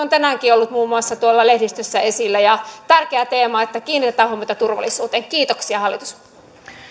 on tänäänkin ollut muun muassa lehdistössä esillä ja on tärkeä teema että kiinnitetään huomiota turvallisuuteen kiitoksia hallitus